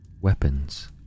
weapons